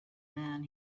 man